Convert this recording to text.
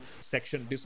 section